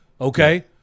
Okay